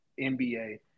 NBA